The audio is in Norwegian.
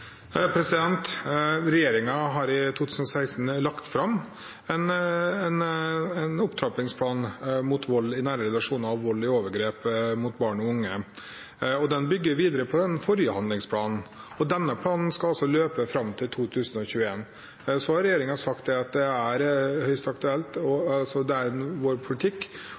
i 2016 fram en opptrappingsplan mot vold i nære relasjoner og vold og overgrep mot barn og unge. Den bygger videre på den forrige handlingsplanen og skal løpe fram til 2021. Regjeringen har sagt at det er vår politikk å vedlikeholde denne planen. Dermed vil vi også se på problemstillingen som gjelder vold i samiske miljøer, spesielt. Men det er